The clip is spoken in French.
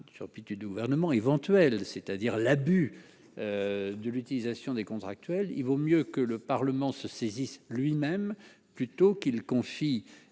turpitudes du gouvernement éventuelle, c'est-à-dire l'abus de l'utilisation des contractuels, il vaut mieux que le Parlement se saisisse lui-même plutôt qu'il confie